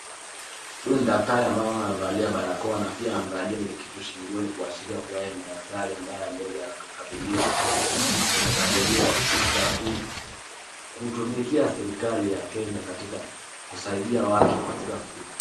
Huyu ni daktari ambaye naona amevalia barakoa na pia amevalia ile kitu shingoni kuashiria kuwa yeye ni daktari ambaye aliweza kukabidhiwa kutumikia serikali ya Kenya katika kusaidia watu.